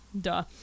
duh